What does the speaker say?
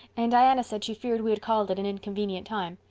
and diana said she feared we had called at an inconvenient time.